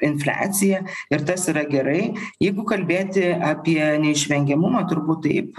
infliaciją ir tas yra gerai jeigu kalbėti apie neišvengiamumą turbūt taip